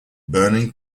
burning